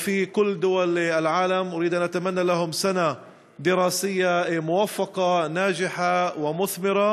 וגם לסטודנטים שלנו באוניברסיטאות הפלסטיניות בירדן ובכל מדינות העולם.